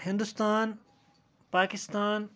Hindustan Pakistan